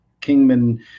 Kingman